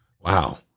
wow